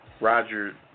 Roger